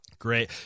Great